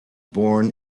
born